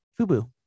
Fubu